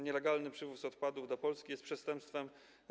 Nielegalny przywóz odpadów do Polski jest przestępstwem.